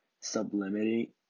sublimity